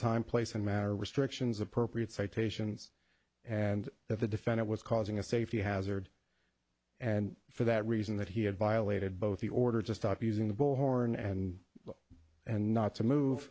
time place and manner restrictions appropriate citations and that the defendant was causing a safety hazard and for that reason that he had violated both the order to stop using the bullhorn and and not to move